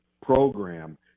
program